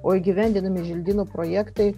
o įgyvendinami želdynų projektai